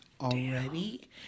already